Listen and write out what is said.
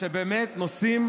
שבאמת נושאים